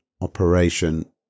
operation